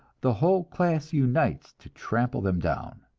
the whole class unites to trample them down.